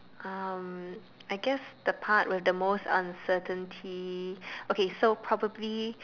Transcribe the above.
um I guess the part with the most uncertainty okay so probably